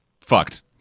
fucked